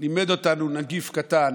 לימד אותנו נגיף קטן